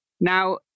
Now